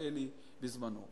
הישראלי בזמנו,